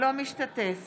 אינו משתתף